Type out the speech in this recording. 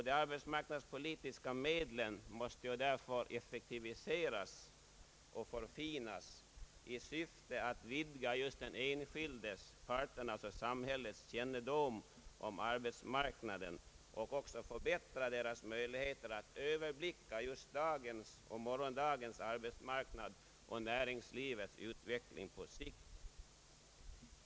De arbetsmarknadspolitiska medlen måste därför effektiviseras och förfinas i syfte att vidga den enskildes, parternas och samhällets kännedom om arbetsmarknaden och också för att förbättra möjligheterna att överblicka dagens och morgondagens arbetsmarknad och näringslivets utveckling på sikt.